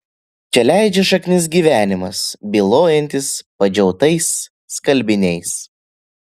čia leidžia šaknis gyvenimas bylojantis padžiautais skalbiniais